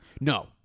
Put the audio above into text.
No